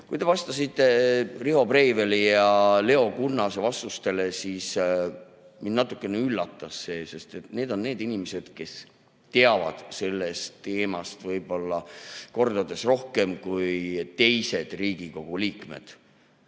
Kui te vastasite Riho Breiveli ja Leo Kunnase küsimustele, siis mind natukene üllatas see, sest need on inimesed, kes teavad sellest teemast võib-olla kordades rohkem kui teised Riigikogu liikmed.